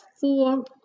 four